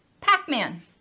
Pac-Man